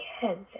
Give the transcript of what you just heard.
kids